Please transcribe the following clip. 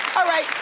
all right,